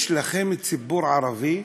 יש לכם ציבור ערבי,